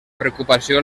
preocupació